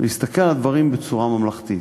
ולהסתכל על הדברים בצורה ממלכתית.